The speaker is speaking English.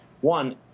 one